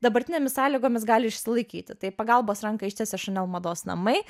dabartinėmis sąlygomis gali išsilaikyti tai pagalbos ranką ištiesė šanel mados namai